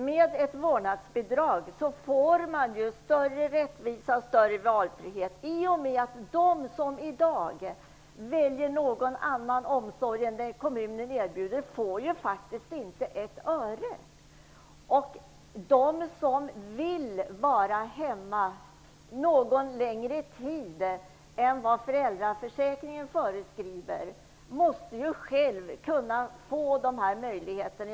Med ett vårdnadsbidrag får man större rättvisa och valfrihet i och med att de som i dag väljer någon annan omsorg än den som kommunen erbjuder faktiskt inte får ett öre. De som vill vara hemma någon längre tid än vad föräldraförsäkringen föreskriver måste kunna få den möjligheten.